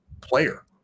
player